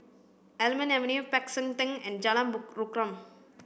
Almond Avenue Peck San Theng and Jalan Rukam